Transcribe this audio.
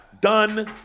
done